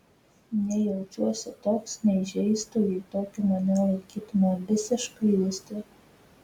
nei jaučiuosi toks nei žeistų jei tokiu mane laikytų man visiškai vis tiek